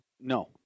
No